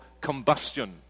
combustion